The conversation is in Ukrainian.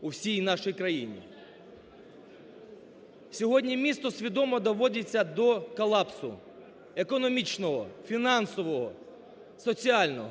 у всій нашій країні. Сьогодні місто свідомо доводиться до колапсу: економічного, фінансового, соціального.